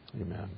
Amen